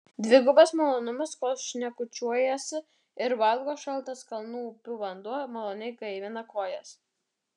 dvigubas malonumas kol šnekučiuojasi ir valgo šaltas kalnų upių vanduo maloniai gaivina kojas